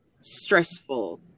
stressful